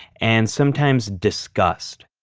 and sometimes disgust.